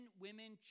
women